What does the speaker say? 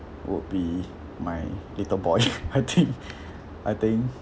would be my little boy I think I think